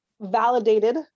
validated